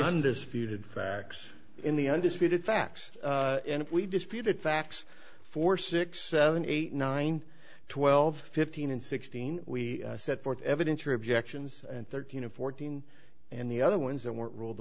undisputed facts in the undisputed facts and we disputed facts four six seven eight nine twelve fifteen and sixteen we set forth evidence for objections and thirteen and fourteen and the other ones that were ruled